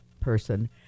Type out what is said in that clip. person